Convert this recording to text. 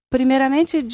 Primeiramente